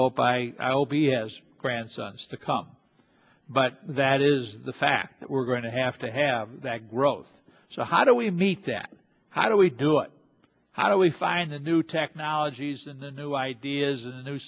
hope i will be as grandsons to come but that is the fact that we're going to have to have that growth so how do we meet that how do we do it how do we find the new technologies and the new ideas and new